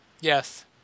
yes